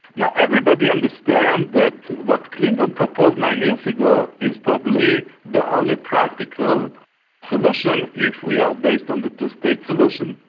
now everybody understands that what clinton proposed nine years ago is probably the only practical solution if we are based on the two-state solution.